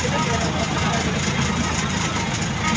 credit council ಸಾರ್ವಜನಿಕರಿಗೆ ಹಣದ ನಿರ್ವಹಣೆಯ ಬಗ್ಗೆ ಮಾಹಿತಿ ನೀಡುತ್ತದೆ